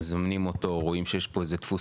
מזמנים אותו רואים שיש פה איזה דפוס